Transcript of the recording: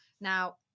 Now